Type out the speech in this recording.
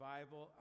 Bible